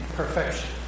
perfection